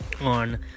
on